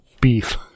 beef